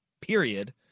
period